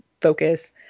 focus